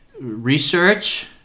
research